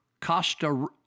costa